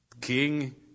king